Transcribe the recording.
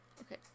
okay